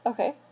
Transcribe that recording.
Okay